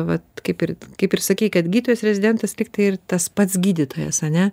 vat kaip ir kaip ir sakei kad gydytojas rezidentas lygtai ir tas pats gydytojas ane